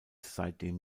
seitdem